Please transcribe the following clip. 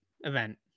event